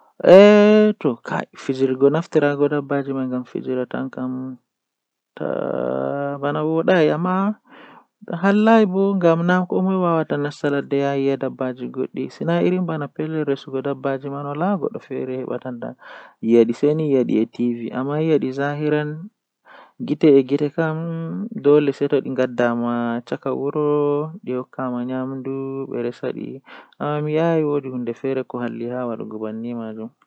Taalel taalel jannata booyel, Woodi wakaati feere kolekole don dilla haa dow mayo kombuwal kenan don dilla sei ndiyam manga wari ilni kombuwal man yahi sakkini dum haa hunduko maayo debbo feere wari haalota kare maako sei o hefti bingel haa nder kombuwal man nden debbo man meedaaka danyugo.